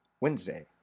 Wednesday